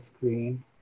screen